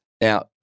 Now